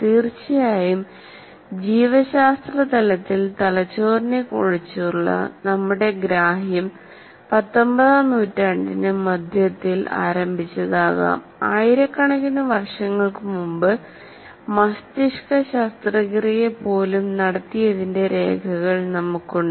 തീർച്ചയായും ജീവശാസ്ത്ര തലത്തിൽ തലച്ചോറിനെക്കുറിച്ചുള്ള നമ്മുടെ ഗ്രാഹ്യം 19 ആം നൂറ്റാണ്ടിന്റെ മധ്യത്തിൽ ആരംഭിച്ചതാകാം ആയിരക്കണക്കിന് വർഷങ്ങൾക്ക് മുമ്പ് മസ്തിഷ്ക ശസ്ത്രക്രിയ പോലും നടത്തിയതിന്റെ രേഖകൾ നമുക്കുണ്ട്